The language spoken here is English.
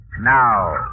Now